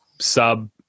sub